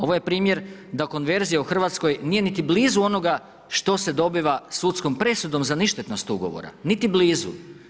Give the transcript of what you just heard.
Ovo je primjer da konverzija u Hrvatskoj nije niti blizu onoga što se dobiva sudskom presudom za ništetnost ugovora, niti blizu.